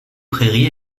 prairies